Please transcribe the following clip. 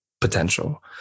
potential